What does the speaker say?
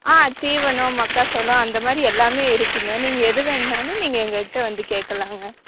ஆ தீவனம் மக்கா சோளம் அந்த மாதிரி எல்லாமே இருக்குங்க நீங்கள் எது வேண்ணாலும் நீங்கள் எங்கள்கிட்ட வந்து கேட்கலாங்க